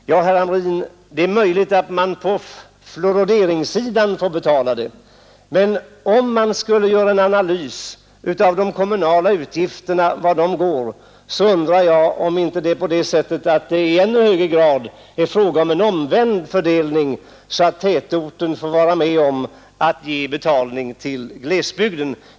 Det är möjligt att detta är riktigt när det gäller just fluorideringen. Men om man undersökte vart de kommunala utgifterna över lag går tror jag att man skulle finna att det i stället är så att tätortsbefolkningen får vara med och betala för glesbygden.